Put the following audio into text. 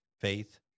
faith